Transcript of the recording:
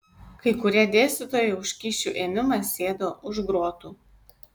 kai kurie dėstytojai už kyšių ėmimą sėdo už grotų